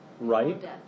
Right